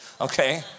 okay